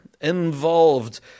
involved